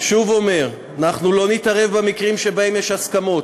שוב אומר: אנחנו לא נתערב במקרים שבהם יש הסכמות.